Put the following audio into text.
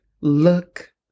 Look